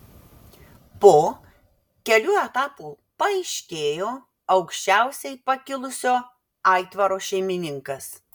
po kelių etapų paaiškėjo aukščiausiai pakilusio aitvaro šeimininkas